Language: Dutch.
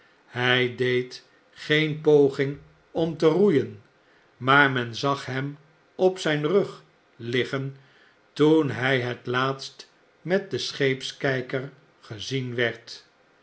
hg deed geen poging om te roeien maar men zag hem op zgn rug liggen toen hij het laatst met den scheepskgker gezien werd